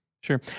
Sure